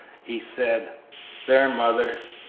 he said there, mother,